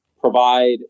provide